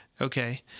Okay